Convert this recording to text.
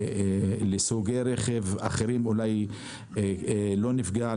לסוגי רכב אחרים אולי לא נפגע,